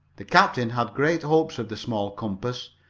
the captain had great hopes of the small compass,